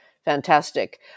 Fantastic